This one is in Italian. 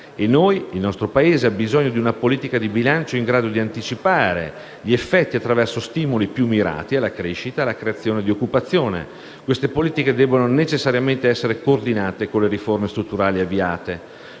tempo e il nostro Paese ha bisogno di una politica di bilancio in grado di anticipare gli effetti attraverso stimoli più mirati alla crescita e alla creazione di occupazione. Queste politiche debbono necessariamente essere coordinate con le riforme strutturali avviate.